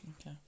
Okay